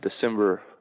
December